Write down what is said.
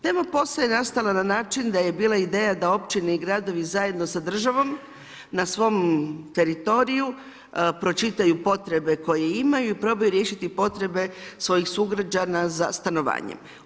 Tema POS-a nastala je na način da je bila ideja da općine i gradovi zajedno sa državom na svom teritoriju pročitaju potrebe koje imaju i probaju riješiti potrebe svojih sugrađana za stanovanjem.